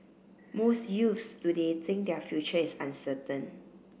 most youths today think their future is uncertain